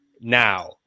Now